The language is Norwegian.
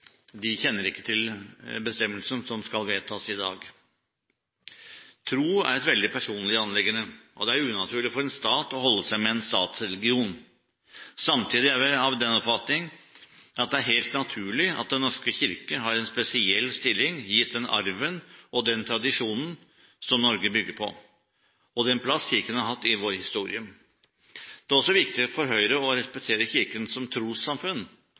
kjenner ikke til bestemmelsen som skal vedtas i dag. Tro er et veldig personlig anliggende, og det er unaturlig for en stat å holde seg med en statsreligion. Samtidig er vi av den oppfatning at det er helt naturlig at Den norske kirke har en spesiell stilling, gitt den arven og den tradisjonen som Norge bygger på, og den plass Kirken har hatt i vår historie. Det er også viktig for Høyre å respektere Kirken som trossamfunn,